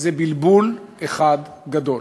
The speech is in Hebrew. זה בלבול אחד גדול.